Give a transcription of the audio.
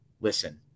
listen